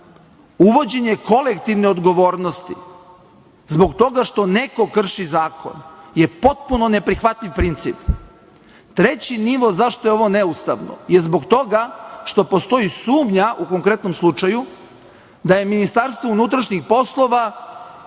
Uvođenje kolektivne odgovornosti zbog toga što neko krši zakon je potpuno neprihvatljiv princip. Treći nivo, zašto je ovo neustavno? Zbog toga što postoji sumnja u konkretnom slučaju da je MUP, odobravala